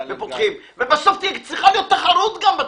ובסוף צריכה להיות גם תחרות בתחום.